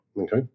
okay